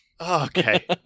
Okay